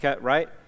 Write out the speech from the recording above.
right